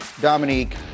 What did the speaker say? Dominique